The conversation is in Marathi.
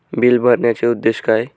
बिल भरण्याचे उद्देश काय?